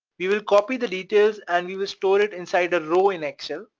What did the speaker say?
you will copy the details and you will store it inside a row in excel,